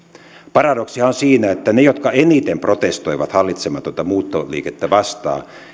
paradoksihan on siinä että ne jotka eniten protestoivat hallitsematonta muuttoliikettä vastaan